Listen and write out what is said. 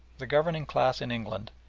the governing class in england,